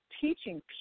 teaching